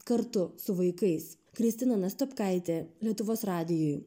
kartu su vaikais kristina nastopkaitė lietuvos radijui